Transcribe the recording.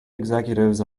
executives